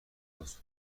درست